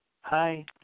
Hi